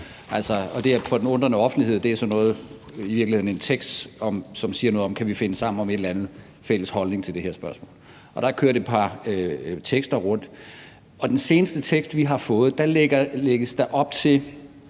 For den undrende offentlighed er det i virkeligheden en tekst, som siger noget om, om vi kan finde sammen om en eller anden fælles holdning til det her spørgsmål. Der er kørt et par tekster rundt. I den seneste tekst, vi har fået, lægges der op til